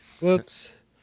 whoops